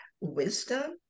wisdom